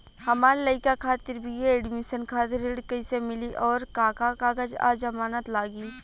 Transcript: हमार लइका खातिर बी.ए एडमिशन खातिर ऋण कइसे मिली और का का कागज आ जमानत लागी?